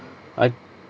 I